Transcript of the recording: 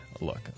Look